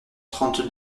trente